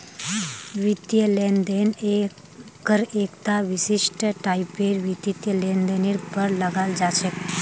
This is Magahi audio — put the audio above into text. वित्तीय लेन देन कर एकता विशिष्ट टाइपेर वित्तीय लेनदेनेर पर लगाल जा छेक